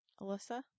Alyssa